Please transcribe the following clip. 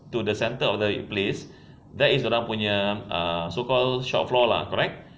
to the centre of the place that is dia orang punya ah so called short floor lah correct